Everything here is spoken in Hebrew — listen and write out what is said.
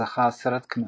זכה הסרט "כנפיים".